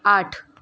आठ